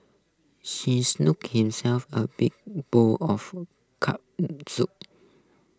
she herself A big bowl of Corn Soup